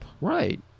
Right